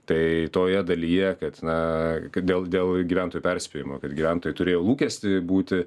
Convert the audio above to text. tai toje dalyje kad na kad dėl dėl gyventojų perspėjimo kad gyventojai turėjo lūkestį būti